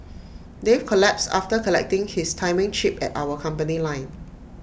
Dave collapsed after collecting his timing chip at our company line